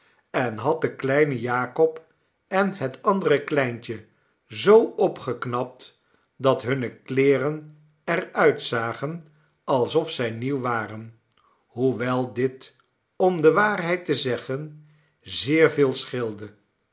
en had den kleinen jakob en het andere kleintje zoo opgeknapt dat hunne kleeren er uitzagen alsof zij nieuw waren hoewel dit om de waarheid te zeggen zeer veel scheelde